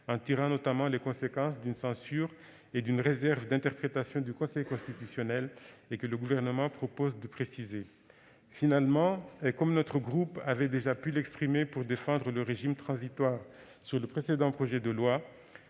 en tirant notamment les conséquences d'une censure et d'une réserve d'interprétation du Conseil constitutionnel, que le Gouvernement propose de préciser. Finalement, et notre groupe avait déjà pu le dire pour défendre le régime transitoire sous le précédent projet de loi,